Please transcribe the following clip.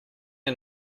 our